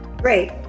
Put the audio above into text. Great